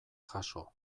jaso